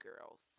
girls